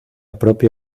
propia